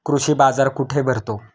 कृषी बाजार कुठे भरतो?